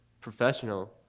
professional